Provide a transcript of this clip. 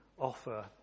Offer